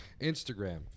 instagram